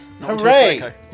Hooray